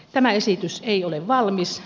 tämä esitys ei ole valmis